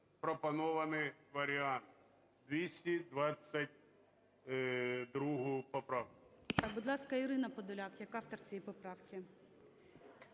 запропонований варіант, 222 поправку.